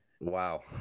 Wow